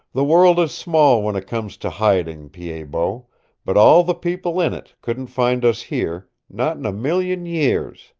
the world is small when it comes to hiding, pied-bot, but all the people in it couldn't find us here not in a million years.